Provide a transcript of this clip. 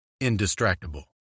indistractable